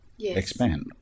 expand